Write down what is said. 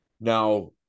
Now